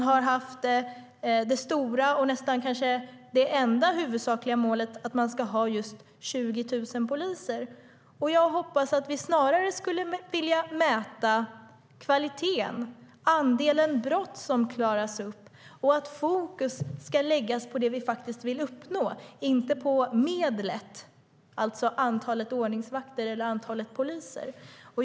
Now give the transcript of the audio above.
Det huvudsakliga och nästan enda målet har varit att man ska ha just 20 000 poliser. Jag hoppas att vi snarare skulle vilja mäta kvaliteten och andelen brott som klaras upp, att fokus ska läggas på det vi faktiskt vill uppnå och inte på medlet, det vill säga antalet ordningsvakter eller antalet poliser.